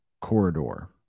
corridor